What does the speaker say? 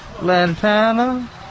Lantana